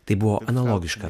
tai buvo analogiška